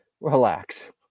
Relax